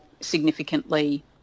significantly